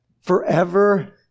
forever